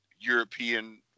european